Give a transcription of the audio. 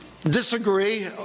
disagree